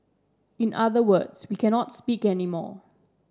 in other words we cannot speak anymore